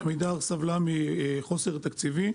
עמידר סבלה מחוסר תקציבי.